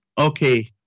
Okay